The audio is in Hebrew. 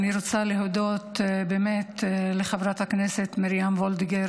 אני רוצה להודות באמת לחברת הכנסת מרים וולדיגר